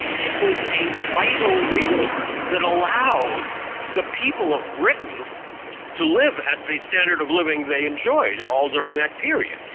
it was a vital resource that allowed the people of britain to live at a standard of living they enjoyed, all during that period.